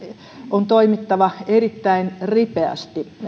on toimittava erittäin ripeästi